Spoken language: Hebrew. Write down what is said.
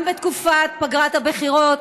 גם בתקופת פגרת הבחירות